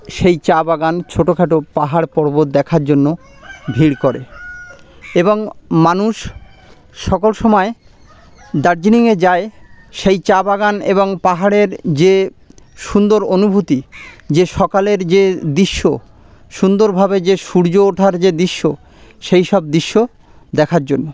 সেই চা বাগান ছোটোখাটো পাহাড় পর্বত দেখার জন্য ভিড় করে এবং মানুষ সকল সময় দার্জিলিংয়ে যায় সেই চা বাগান এবং পাহাড়ের যে সুন্দর অনুভূতি যে সকালের যে দৃশ্য সুন্দরভাবে যে সূর্য ওঠার যে দৃশ্য সেই সব দৃশ্য দেখার জন্য